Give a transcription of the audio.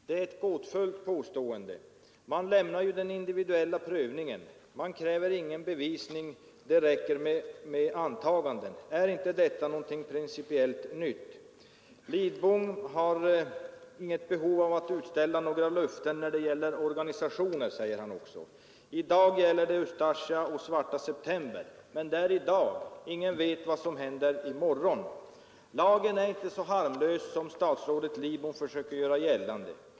Herr talman! Statsrådet Lidbom sade i sitt anförande att lagförslaget inte innehåller något principiellt nytt. Det är ett gåtfullt påstående. Man lämnar den individuella prövningen, man kräver ingen bevisning, det räcker med antaganden. Är inte detta någonting principiellt nytt? Herr Lidbom har inget behov av att utställa några löften när det gäller organisationer, säger han också. I dag gäller det Ustasja och Svarta september, men det är i dag. Ingen vet vad som händer i morgon. Lagen är inte så harmlös som statsrådet Lidbom försöker göra gällande.